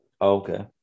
Okay